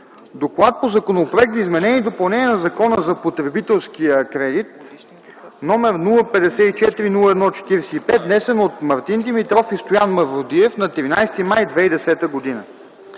„ДОКЛАД по Законопроекта за изменение и допълнение на Закона за потребителския кредит, № 054-01-45, внесен от Мартин Димитров и Стоян Мавродиев на 13 май 2010 г.